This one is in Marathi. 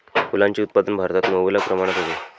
फुलांचे उत्पादन भारतात मुबलक प्रमाणात होते